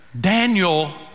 Daniel